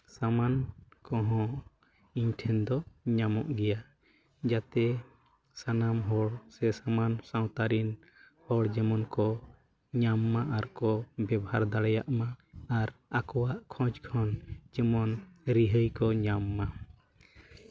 ᱥᱟᱢᱟᱱ ᱠᱚᱦᱚᱸ ᱤᱧᱴᱷᱮᱱ ᱫᱚ ᱧᱟᱢᱚᱜ ᱜᱮᱭᱟ ᱡᱟᱛᱮ ᱥᱟᱱᱟᱢ ᱦᱚᱲ ᱥᱮ ᱥᱟᱱᱟᱢ ᱥᱟᱶᱛᱟ ᱨᱮᱱ ᱦᱚᱲ ᱡᱮᱢᱚᱱ ᱠᱚ ᱧᱟᱢ ᱢᱟ ᱟᱨ ᱠᱚ ᱵᱮᱵᱷᱟᱨ ᱫᱟᱲᱮᱭᱟᱜᱼᱢᱟ ᱟᱨ ᱟᱠᱚᱣᱟᱜ ᱠᱷᱚᱡᱽ ᱦᱚᱸ ᱡᱮᱢᱚᱱ ᱨᱤᱦᱟᱹᱭ ᱠᱚ ᱧᱟᱢ ᱢᱟ